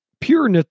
pure